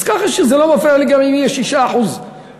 אז ככה שלא מפריע לי גם אם יהיה 6% חסימה.